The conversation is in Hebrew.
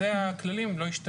אלה הכללים, הם לא השתנו.